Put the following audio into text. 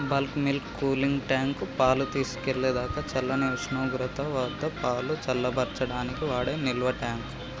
bulk milk cooling tank, పాలు తీసుకెళ్ళేదాకా చల్లని ఉష్ణోగ్రత వద్దపాలు చల్లబర్చడానికి వాడే నిల్వట్యాంక్